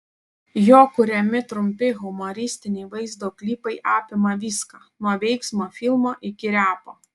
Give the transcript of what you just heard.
jo kuriami trumpi humoristiniai vaizdo klipai apima viską nuo veiksmo filmo iki repo